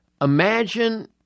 imagine